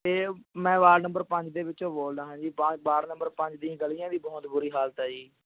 ਅਤੇ ਮੈਂ ward number ਪੰਜ ਦੇ ਵਿੱਚੋਂ ਬੋਲਦਾ ਹਾਂ ਜੀ ਵਾ ਵਾਰਡ ਨੰਬਰ ਪੰਜ ਦੀਆਂ ਗਲੀਆਂ ਦੀ ਬਹੁਤ ਬੁਰੀ ਹਾਲਤ ਹੈ ਜੀ